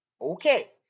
Okay